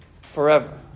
forever